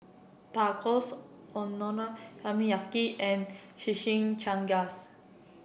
Tacos Okonomiyaki and Shimichangas